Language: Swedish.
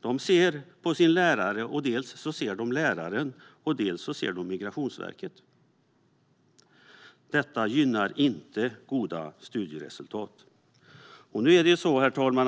de ser på sin lärare ser de dels läraren, dels Migrationsverket. Det leder inte till goda studieresultat. Herr talman!